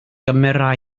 gymera